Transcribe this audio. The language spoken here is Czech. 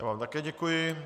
Já vám také děkuji.